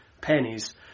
Pennies